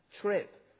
trip